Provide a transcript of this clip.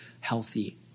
healthy